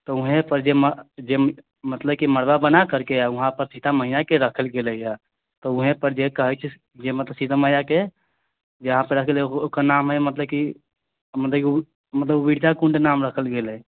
त ओहेँ पर जे मतलब की मरबा बनाए करके वहाँ पर सीता मैया के रखल गेलै य तऽ ओहेँ पर जे कहै छै जे मतलब सीता मैया के जहाँ पर रखल गेलै ओकर नाम है मतलब की मतलब की मतलब कुण्ड नाम रखल गेलै